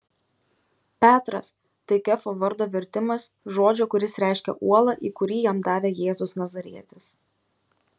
petras tai kefo vardo vertimas žodžio kuris reiškia uolą ir kurį jam davė jėzus nazarietis